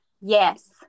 Yes